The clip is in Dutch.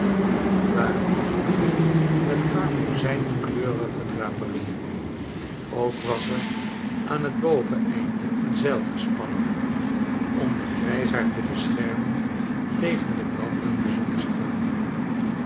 waren behangen metkarmozijnkleurigedraperieen ook was er aan het boveneinde een zeilgespannen om den grijsaard te beschermen tegen de brandende zonnestralen